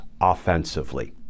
offensively